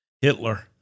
Hitler